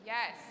Yes